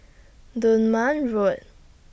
Dunman Road